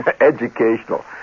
educational